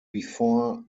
before